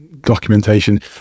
Documentation